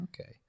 okay